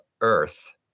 earth